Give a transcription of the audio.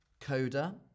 Coda